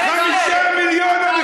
10,